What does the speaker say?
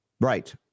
Right